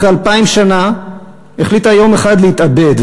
אחרי 2,000 שנה החליטה יום אחד להתאבד.